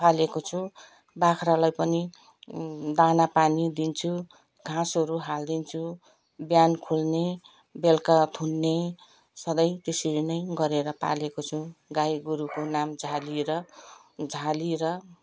पालेको छु बाख्रालाई पनि दानापानी दिन्छु घाँसहरू हालिदिन्छु बिहान खोल्ने बेलुका थुन्ने सधैँ त्यसरी नै गरेर पालेको छु गाईगोरुको नाम झाली र झाली र